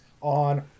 on